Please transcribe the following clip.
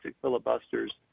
filibusters